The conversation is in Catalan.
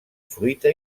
fruita